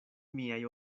miaj